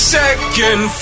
second